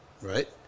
right